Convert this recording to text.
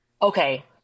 Okay